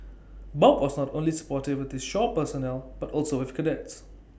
bob was not only supportive with his shore personnel but also with cadets